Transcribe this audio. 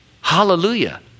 Hallelujah